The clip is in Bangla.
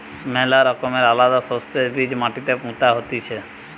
ম্যালা রকমের আলাদা শস্যের বীজ মাটিতে পুতা হতিছে